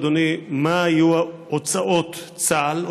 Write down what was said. אדוני: מה היו הוצאות צה"ל,